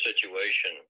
situation